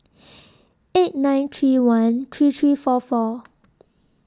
eight nine three one three three four four